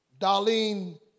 Darlene